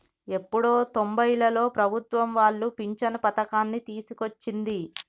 ఎప్పుడో తొంబైలలో ప్రభుత్వం వాళ్లు పించను పథకాన్ని తీసుకొచ్చింది